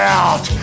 out